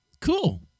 Cool